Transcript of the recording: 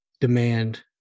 demand